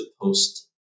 post